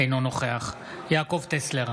אינו נוכח יעקב טסלר,